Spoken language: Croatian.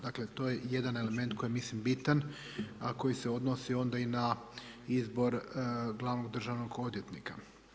Dakle, to je jedan element koji mislim da je bitan, a koji se odnosi onda i na izbor glavnog državnog odvjetnika.